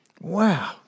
Wow